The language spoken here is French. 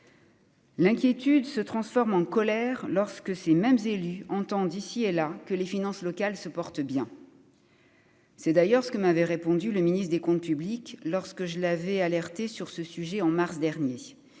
L'inquiétude se transforme en colère lorsque ces mêmes élus entendent ici et là que les finances locales se porte bien. C'est d'ailleurs ce que m'avait répondu le ministre des Comptes publics lorsque je l'avais alerté sur ce sujet en mars dernier,